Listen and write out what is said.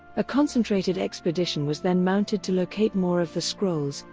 a concentrated expedition was then mounted to locate more of the scrolls,